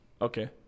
Okay